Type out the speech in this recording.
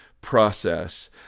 process